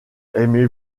aimez